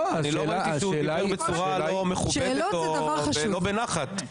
אני לא ראיתי שהוא דיבר בצורה לא מכובדת ולא בנחת.